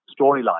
storyline